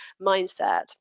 mindset